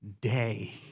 day